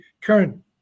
current